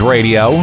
Radio